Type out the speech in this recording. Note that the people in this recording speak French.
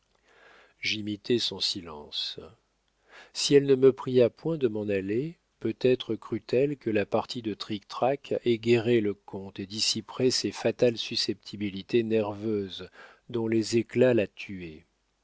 j'imitai son silence si elle ne me pria point de m'en aller peut-être crut elle que la partie de trictrac égaierait le comte et dissiperait ces fatales susceptibilités nerveuses dont les éclats la tuaient